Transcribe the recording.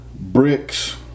bricks